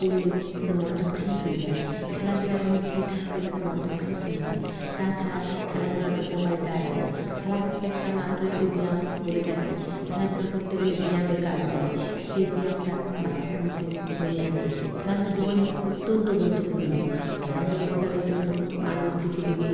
করলে তাদের মনটা ফ্রেশ হয়ে যায় খেলাধূলার মধ্যে থাকলে তাদের মনটা ফ্রেশ হয়ে যায় তাছাড়া খেলাধূলা টো উপকারিতা আছে খেলা হচ্ছে একটা আমরা আন্তর্জাতিক ব্যায়াম বলে থাকি খেলাধূলা করতে গেলে ব্যায়ামের কাজ দেয় সেই ব্যায়ামটা বাচ্চাদের মধ্যে হয়ে থাকে খেলাধূলা জীবনে অত্যন্ত গুরুত্বপূর্ণ খেলাধূলা প্রচারের জন্য মানুষ দিকে দিকে